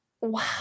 Wow